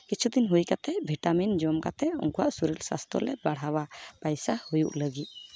ᱠᱤᱪᱷᱩ ᱫᱤᱱ ᱦᱩᱭ ᱠᱟᱛᱮᱫ ᱵᱷᱤᱴᱟᱢᱤᱱ ᱡᱚᱢ ᱠᱟᱛᱮᱫ ᱩᱝᱠᱩᱣᱟᱜ ᱥᱚᱨᱤᱨ ᱥᱟᱥᱛᱷᱚ ᱞᱮ ᱵᱟᱲᱦᱟᱣᱟ ᱯᱟᱭᱥᱟ ᱦᱩᱭᱩᱜ ᱞᱟᱹᱜᱤᱫ